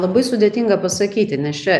labai sudėtinga pasakyti nes čia